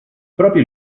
proprio